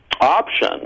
option